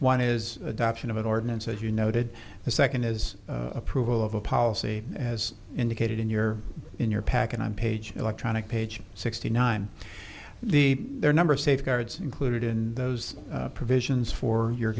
one is adoption of an ordinance as you noted the second is approval of a policy as indicated in your in your pack and i'm page electronic page sixty nine the their number of safeguards included in those provisions for your